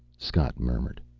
scott murmured.